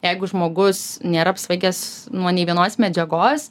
jeigu žmogus nėra apsvaigęs nuo nei vienos medžiagos